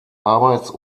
arbeits